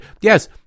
Yes